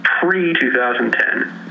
pre-2010